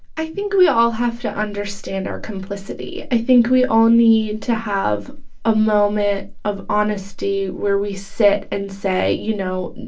i think we all have to understand our complicity. i think we all need to have a moment of honesty where we sit and say, say, you know,